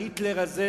היטלר הזה,